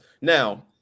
Now